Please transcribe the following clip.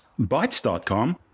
Bytes.com